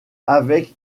avec